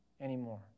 anymore